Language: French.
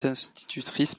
institutrice